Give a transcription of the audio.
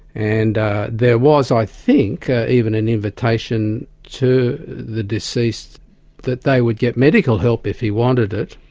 and there was, i think even an invitation to the deceased that they would get medical help if he wanted it,